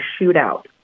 shootout